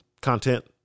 content